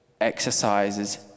exercises